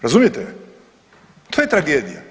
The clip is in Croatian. Razumijete me, to je tragedija.